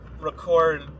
record